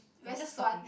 very 酸